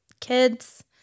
kids